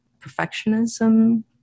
perfectionism